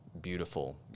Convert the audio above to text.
beautiful